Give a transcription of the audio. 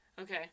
Okay